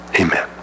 Amen